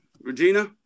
Regina